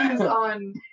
on